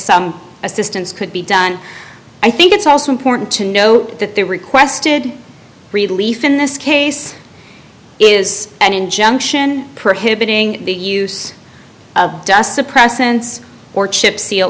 some assistance could be done i think it's also important to note that they requested relief in this case is an injunction prohibiting the use of dust suppressants or chips